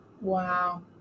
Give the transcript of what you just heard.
wow